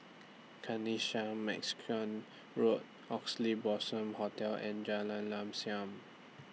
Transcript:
Kanisha Mexican Road Oxley Blossom Hotel and Jalan Lam SAM